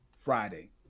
Friday